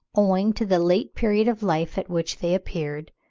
owing to the late period of life at which they appeared,